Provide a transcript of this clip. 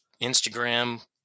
Instagram